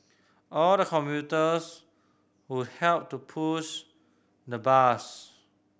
all the commuters would help to push the bus